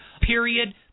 period